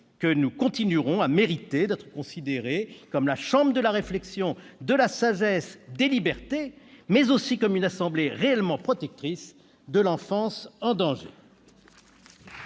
que nous continuerons à mériter d'être considérés comme la chambre de la réflexion, de la sagesse, des libertés, mais aussi comme une assemblée réellement protectrice de l'enfance en danger.